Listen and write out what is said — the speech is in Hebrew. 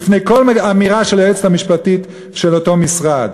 בפני כל אמירה של היועצת המשפטית של אותו משרד?